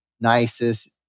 nicest